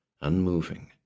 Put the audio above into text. unmoving